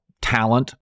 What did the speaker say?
talent